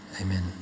Amen